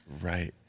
Right